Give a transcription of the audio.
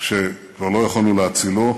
כשכבר לא יכולנו להצילו,